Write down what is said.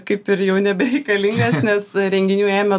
kaip ir jau nebereikalingas nes renginių ėmė